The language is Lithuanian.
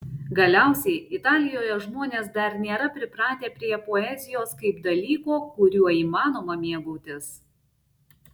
galiausiai italijoje žmonės dar nėra pripratę prie poezijos kaip dalyko kuriuo įmanoma mėgautis